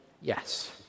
yes